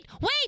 wait